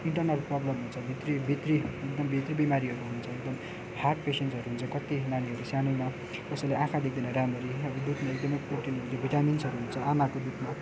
internal problem हुन्छ भित्री भित्री एकदम भित्री बिमारीहरू हुन्छन् एकदम हार्ट पेसेन्टहरू हुन्छ कत्ति नानीहरू अब सानैमा कसैले आँखा देख्दैन राम्ररी अब दुधमा एकदमै प्रोटिन हुन्छ भिटामिन्सहरू हुन्छ आमाको दुधमा